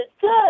good